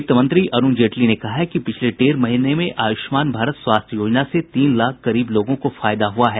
वित्त मंत्री अरुण जेटली ने कहा है कि पिछले डेढ़ महीने में आयुष्मान भारत स्वास्थ्य योजना से तीन लाख गरीब लोगों को फायदा हुआ है